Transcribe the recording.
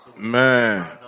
Man